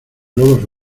globos